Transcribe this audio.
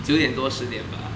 九点多十点吧